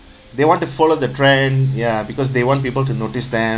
they want to follow the trend ya because they want people to notice them